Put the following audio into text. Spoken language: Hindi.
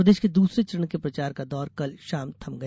प्रदेश के दूसरे चरण के प्रचार का दौर कल शाम थम गया